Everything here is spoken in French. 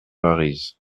arize